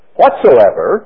whatsoever